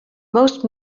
most